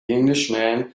englishman